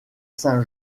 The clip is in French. saint